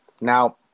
Now